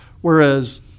Whereas